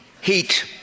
heat